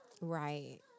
Right